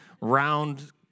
round